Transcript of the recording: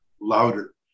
louder